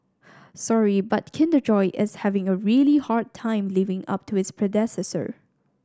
sorry but Kinder Joy is having a really hard time living up to its predecessor